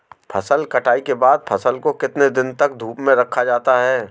फसल कटाई के बाद फ़सल को कितने दिन तक धूप में रखा जाता है?